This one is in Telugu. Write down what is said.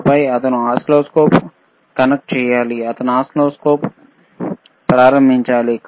ఆపై అతను ఓసిల్లోస్కోప్ను కనెక్ట్ చేయాలి అతను ఒస్సిల్లోస్కోప్ ప్రారంభించాలి